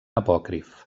apòcrif